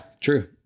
True